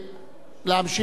תודה רבה לאדוני.